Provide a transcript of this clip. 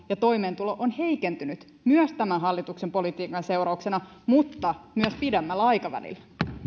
ja toimeentulo on heikentynyt myös tämän hallituksen politiikan seurauksena mutta myös pidemmällä aikavälillä